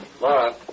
Laura